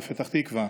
בפתח תקווה.